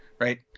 Right